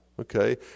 okay